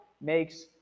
makes